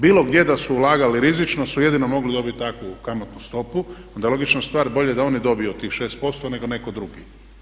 Bilo gdje da su ulagali rizičnost su jedino mogli dobiti takvu kamatnu stopu i onda je logična stvar bolje da oni dobiju od tih 6% nego netko drugi.